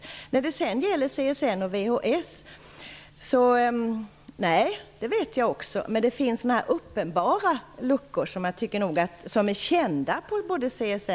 Jag är medveten om att CSN:s och VHS uppgifter inte är parallella, men det finns uppenbara luckor, som är kända för både CSN och VHS.